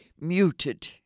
muted